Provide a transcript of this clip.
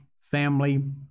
family